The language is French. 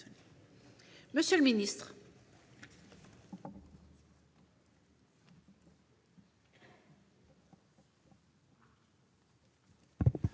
Monsieur le ministre,